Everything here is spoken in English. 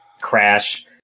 Crash